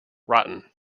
rotten